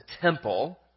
temple